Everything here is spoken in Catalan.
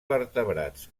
vertebrats